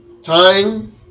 Time